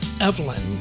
Evelyn